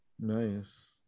Nice